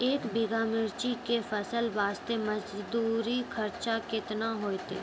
एक बीघा मिर्ची के फसल वास्ते मजदूरी खर्चा केतना होइते?